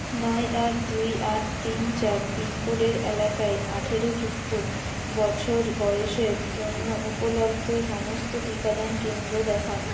নয় আট দুই আট তিন চার পিনকোডের এলাকায় আঠারো যুক্ত বছর বয়সের জন্য উপলব্ধ সমস্ত টিকাদান কেন্দ্র দেখান